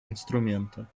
инструмента